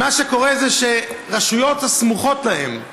ומה שקורה זה שרשויות סמוכות להן,